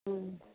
হুম